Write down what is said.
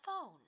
phone